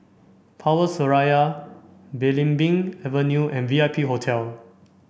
Power Seraya Belimbing Avenue and V I P Hotel